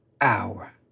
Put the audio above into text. hour